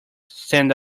stand